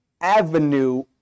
avenue